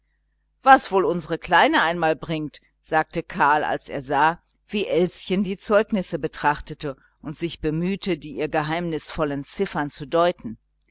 was wohl unsere kleine einmal heim bringt sagte karl als ersah wie elschen ernsthaft die zeugnisse betrachtete und sich bemühte die geheimnisvollen ziffern zu deuten